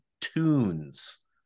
Tunes